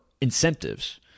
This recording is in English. incentives